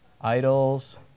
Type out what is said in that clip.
idols